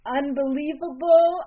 unbelievable